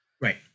Right